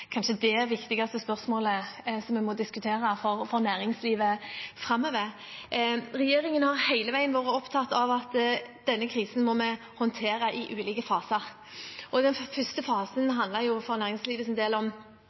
det viktigste spørsmålet vi må diskutere for å få næringslivet framover. Regjeringen har hele veien vært opptatt av at denne krisen må vi håndtere i ulike faser. Den første fasen handlet for næringslivets del om